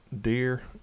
Deer